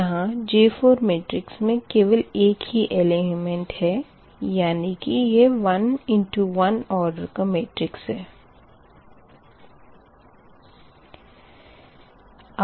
यहाँ J4 matrix मे केवल एक ही एलिमेंट है यानी कि यह 1 इंटु 1 ऑडर का मेट्रिक्स होगा